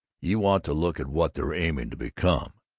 you want to look at what they're aiming to become,